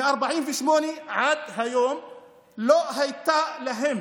מ-1948 עד היום לא הייתה להם